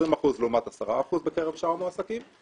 20% לעומת 10% בקרב שאר המועסקים.